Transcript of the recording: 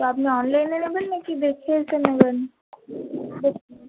তো আপনি অনলাইনে নেবেন না কি দেখে এসে নেবেন